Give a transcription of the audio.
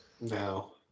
no